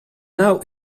now